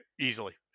Easily